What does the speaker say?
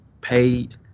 paid